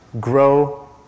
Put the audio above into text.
grow